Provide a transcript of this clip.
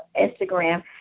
Instagram